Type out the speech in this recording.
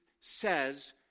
says